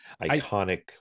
iconic